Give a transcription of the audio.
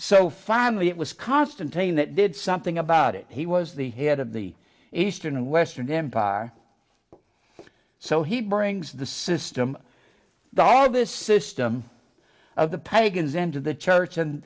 so finally it was constantine that did something about it he was the head of the eastern and western empire so he brings the system the all of this system of the pagans into the church and